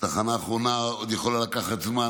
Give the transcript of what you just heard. התחנה האחרונה עוד יכולה לקחת זמן,